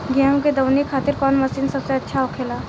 गेहु के दऊनी खातिर कौन मशीन सबसे अच्छा होखेला?